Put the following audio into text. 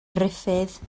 ruffydd